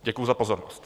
Děkuji za pozornost.